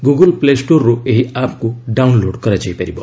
Google play ଷ୍ଟୋର୍ରୁ ଏହି ଆପ୍କୁ ଡାଉନ୍ଲୋଡ୍ କରାଯାଇ ପାରିବ